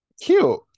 Cute